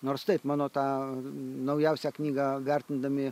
nors taip mano tą naujausią knygą vertindami